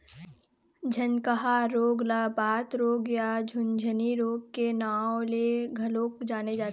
झनकहा रोग ल बात रोग या झुनझनी रोग के नांव ले घलोक जाने जाथे